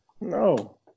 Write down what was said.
No